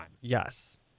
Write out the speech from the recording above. Yes